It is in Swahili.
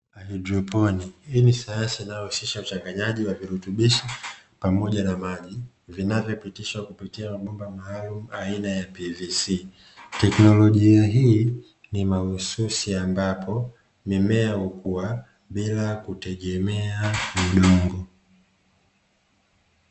Haidroponi, hii ni sayansi inayohusisha uchanganyaji wa virutubisho pamoja na maji, vinavyopitishwa kupitia mabomba maalumu aina ya pvc, teknolojia hii ni mahususi ambapo mimea hukuwa bila kutegemea udongo.